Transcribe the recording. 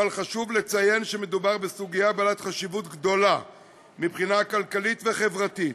אבל חשוב לציין שמדובר בסוגיה בעלת חשיבות גדולה מבחינה כלכלית וחברתית,